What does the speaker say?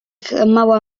mała